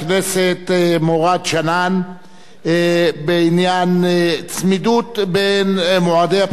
בעניין: צמידות מועדי הבחירות לכנסת ולרשויות המקומיות.